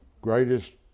Greatest